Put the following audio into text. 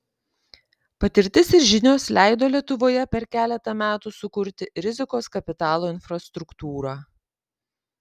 patirtis ir žinios leido lietuvoje per keletą metų sukurti rizikos kapitalo infrastruktūrą